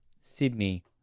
Sydney